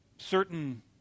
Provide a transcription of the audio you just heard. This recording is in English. Certain